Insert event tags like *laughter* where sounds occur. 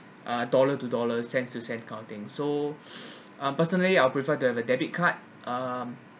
uh dollar to dollar cent to cent that kind of thing so *breath* um personally I'll prefer the debit card um